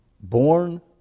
born